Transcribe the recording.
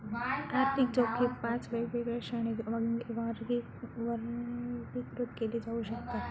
आर्थिक जोखीम पाच वेगवेगळ्या श्रेणींत वर्गीकृत केली जाऊ शकता